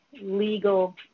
legal